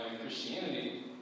Christianity